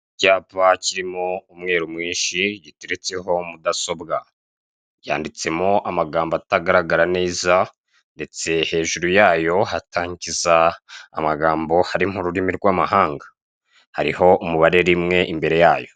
Icyapa kirimo umweru mwinshi giteretseho mudasobwa cyanditseho amagambo atagaragara neza ndetse hejuru yayo hatangiza amagambo hari nk'ururimi rw'amahanga. Hariho umubare rimwe imbere yayo.